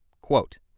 Quote